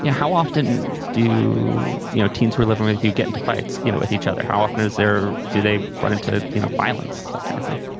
yeah how often do you know teens reliving when you get into fights you know with each other? how often is there? do they run into you know violence, that kind of thing?